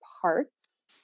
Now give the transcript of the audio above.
parts